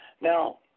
Now